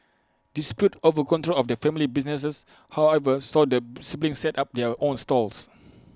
disputes over control of the family business however saw the siblings set up their own stalls